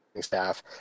staff